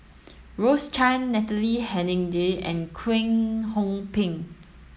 Rose Chan Natalie Hennedige and Kwek Hong Png